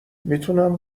میتونم